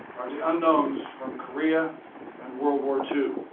are the unknowns from korea and world war two.